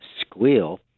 squeal